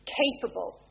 capable